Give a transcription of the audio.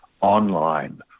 online